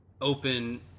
open